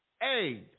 Hey